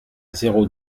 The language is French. zéro